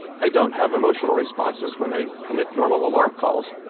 i don't have emotional responses when they emit normal alarm calls.